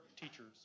teachers